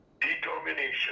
determination